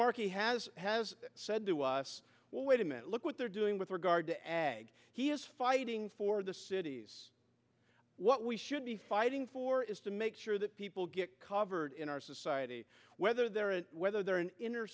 markey has has said to us well wait a minute look what they're doing with regard to ag he is fighting for the cities what we should be fighting for is to make sure that people get covered in our society whether they're whether they're an inner